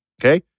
Okay